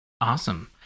awesome